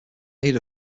need